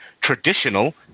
traditional